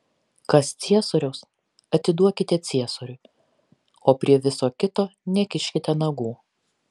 kas ciesoriaus atiduokite ciesoriui o prie viso kito nekiškite nagų